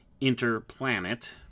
Interplanet